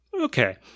Okay